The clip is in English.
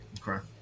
correct